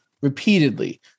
repeatedly